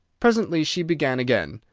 presently she began again.